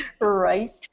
right